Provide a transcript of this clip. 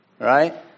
right